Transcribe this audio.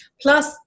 plus